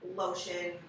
lotion